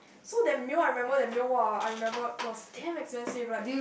so that meal I remember the meal !wah! I remember it was damn expensive right